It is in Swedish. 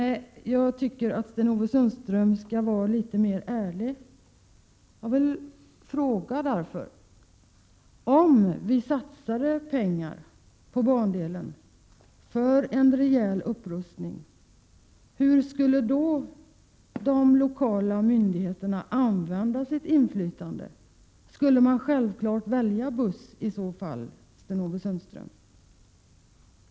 Jag tycker att Sten-Ove Sundström skall vara litet mer ärlig. Jag vill fråga Sten-Ove Sundström: Om vi satsade pengar på bandelen för en rejäl upprustning, hur skulle då de lokala myndigheterna använda sitt inflytande? Skulle man med självklarhet välja buss i så fall?